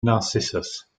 narcissus